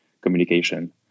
communication